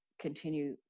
continue